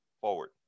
forward